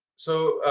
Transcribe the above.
so,